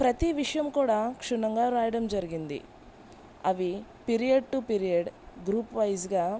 ప్రతీ విషయం కూడా క్షుణ్ణంగావ్రాయండి జరిగింది అవి పీరియడ్ టూ పీరియడ్ గ్రూప్ వైజ్గా